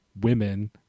women